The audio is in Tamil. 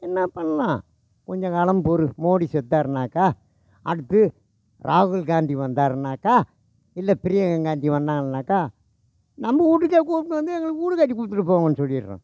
என்ன பண்ணலாம் கொஞ்சம் காலம் பொறு மோடி செத்தாருன்னாக்க அடுத்து ராகுல் காந்தி வந்தாருன்னாக்க இல்லை பிரியங்கா காந்தி வந்தாங்கள்னாக்க நம்ம வீட்டுக்கே கூப்பிட்டுன்னு வந்து எங்களுக்கு வீடு கட்டி கொடுத்துரு போங்கன்னு சொல்லிடுறேன்